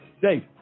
dave